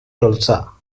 tulsa